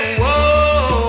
whoa